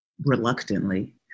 reluctantly